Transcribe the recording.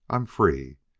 i'm free!